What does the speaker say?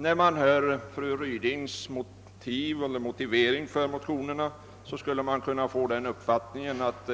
När man hör fru Rydings motivering till motionerna kan man få den uppfattningen att